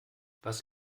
was